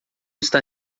está